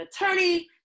attorney